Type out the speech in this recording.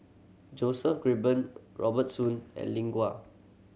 Joseph Grimberg Robert Soon and Lin Gao